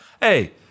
Hey